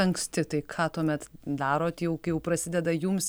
anksti tai ką tuomet darot jau kai jau prasideda jums